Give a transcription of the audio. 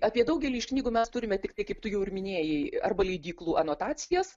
apie daugelį knygų mes turime tiktai kaip tu jau ir minėjai arba leidyklų anotacijos